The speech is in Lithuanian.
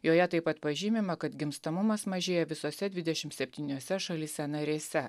joje taip pat pažymima kad gimstamumas mažėja visose dvidešim septyniose šalyse narėse